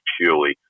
purely